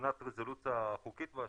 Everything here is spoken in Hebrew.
מבחינת רזולוציה החוקית והשימושית,